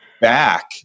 back